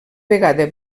vegada